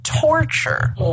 torture